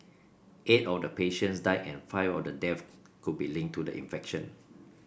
eight of the patients died and five of the deaths could be linked to the infection